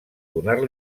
donar